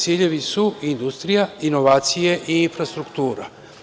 Ciljevi su industrija, inovacije i infrastruktura.